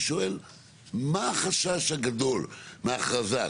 אני שואל מה החשש הגדול מההכרזה?